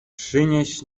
przynieś